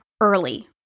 early